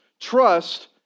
trust